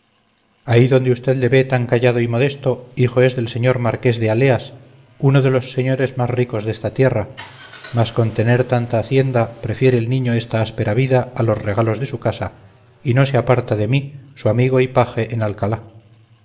ahí donde usted le ve tan callado y modesto hijo es del señor marqués de aleas uno de los señores más ricos de esta tierra mas con tener tanta hacienda prefiere el niño esta áspera vida a los regalos de su casa y no se aparta de mí su amigo y paje en alcalá